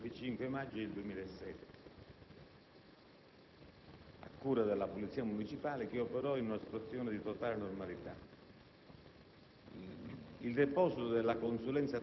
L'ordinanza veniva eseguita il 25 maggio 2007 a cura della polizia municipale che operò in una situazione di totale normalità.